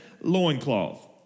loincloth